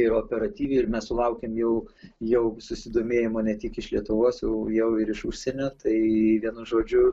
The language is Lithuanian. ir operatyvi ir mes sulaukėm jau jau susidomėjimo ne tik iš lietuvos jau jau ir iš užsienio tai vienu žodžiu